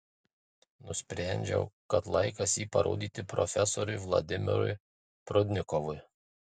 nusprendžiau kad laikas jį parodyti profesoriui vladimirui prudnikovui